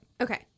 Okay